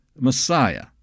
Messiah